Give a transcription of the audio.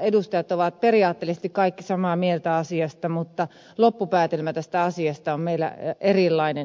edustajat ovat periaatteellisesti kaikki samaa mieltä asiasta mutta loppupäätelmä tästä asiasta on meillä erilainen